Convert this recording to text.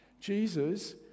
Jesus